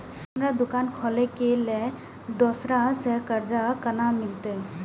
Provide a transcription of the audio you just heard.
हमरा दुकान खोले के लेल दूसरा से कर्जा केना मिलते?